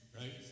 right